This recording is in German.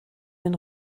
den